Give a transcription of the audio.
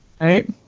Right